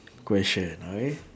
question okay